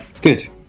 Good